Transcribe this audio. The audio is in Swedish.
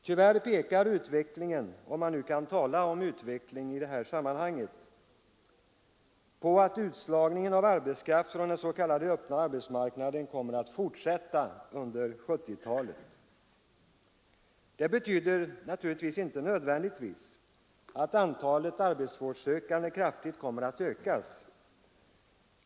Tyvärr pekar utvecklingen — om vi kan tala om utveckling i detta sammanhang — på att utslagningen av arbetskraft från den s.k. öppna arbetsmarknaden kommer att fortsätta under 1970-talet. Det betyder inte nödvändigtvis att antalet arbetsvårdssökande kraftigt kommer att öka.